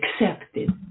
accepted